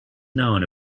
known